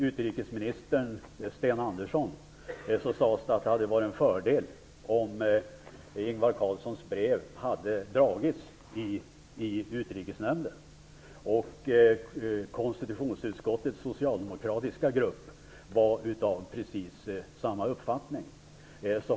Utrikesministern Sten Andersson sade att det hade varit en fördel om Ingvar Carlssons brev hade föredragits i Utrikesnämnden, och konstitutionsutskottets socialdemokratiska grupp hade precis samma uppfattning.